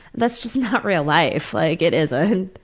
that's just not real life. like it isn't.